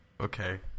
Okay